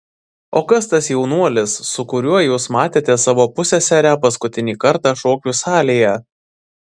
o kas tas jaunuolis su kuriuo jūs matėte savo pusseserę paskutinį kartą šokių salėje